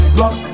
rock